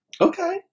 Okay